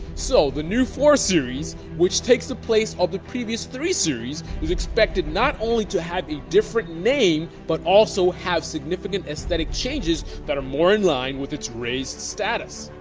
so the new four series which takes the place of the previous three series is expected not only to have a different name both but also have significant aesthetic changes that are more in line with its raised status.